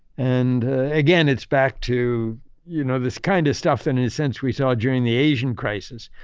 and again, it's back to you know this kind of stuff and in a sense we saw during the asian crisis,